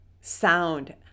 sound